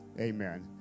Amen